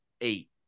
eight